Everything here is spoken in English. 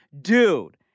dude